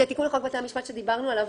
זה תיקון לחוק בתי המשפט שדיברנו עליו